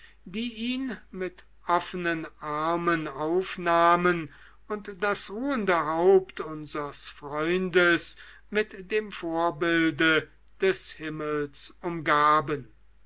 die ihn mit offenen armen aufnahmen und das ruhende haupt unsres freundes mit dem vorbilde des himmels umgaben